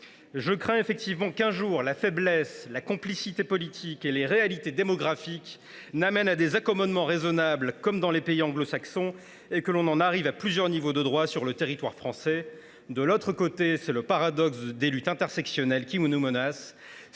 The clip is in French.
Je crains qu’un jour la faiblesse, la complicité politique et les réalités démographiques n’amènent à des accommodements raisonnables, comme il en existe dans les pays anglo saxons, et que l’on n’en arrive à plusieurs niveaux de droits sur le territoire français. D’un autre côté, c’est le paradoxe des luttes intersectionnelles qui nous menace,